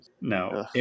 No